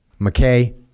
McKay